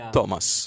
Thomas